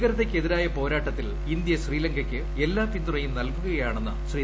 ഭീകരതയ്ക്കെതിരായ പോരാട്ടത്തിൽ ഇന്ത്യ ശ്രീലങ്കയ്ക്ക് എല്ലാ പിന്തുണയും നൽകുകയാണെന്ന് ശ്രീ